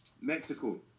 Mexico